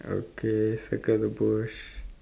okay circle the bush